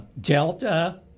Delta